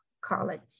college